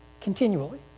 continually